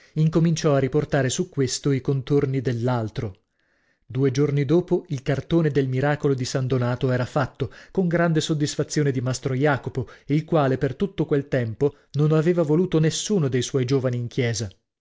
incominciò a riportare su questo i contorni dell'altro due giorni dopo il cartone del miracolo di san donato era fatto con grande soddisfazione di mastro jacopo il quale per tutto quel tempo non aveva voluto nessuno dei suoi giovani in chiesa